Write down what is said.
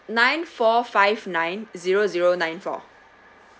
nine four five nine zero zero nine four